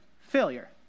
failure